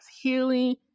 healing